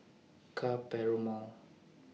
Ka Perumal